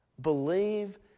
believe